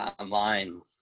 online